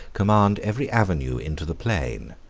command every avenue into the plain,